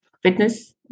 fitness